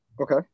Okay